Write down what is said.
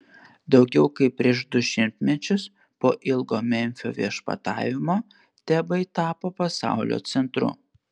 daugiau kaip prieš du šimtmečius po ilgo memfio viešpatavimo tebai tapo pasaulio centru